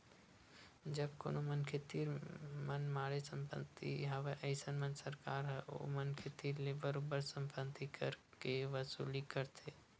जब कोनो मनखे तीर मनमाड़े संपत्ति हवय अइसन म सरकार ह ओ मनखे तीर ले बरोबर संपत्ति कर के वसूली करथे